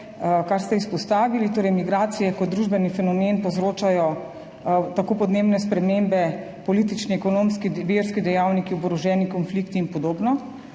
kar ste izpostavili. Migracije kot družbeni fenomen povzročajo podnebne spremembe, politične, ekonomske, verske dejavnike, oborožene konflikte in podobno,